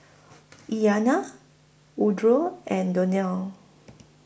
Iliana Woodroe and Donell